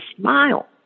smile